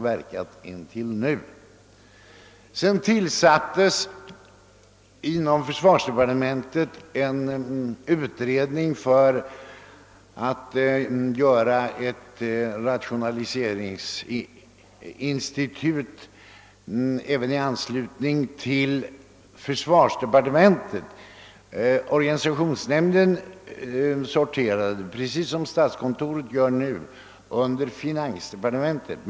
Häromåret tillsattes så inom försvarsdepartementet en utredning beträffande ett rationaliseringsinstitut i anslutning till detta departement. Organisationsnämnden sorterade på sin tid, precis som statskontoret gör nu, under finansdepartementet.